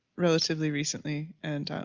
relatively recently. and,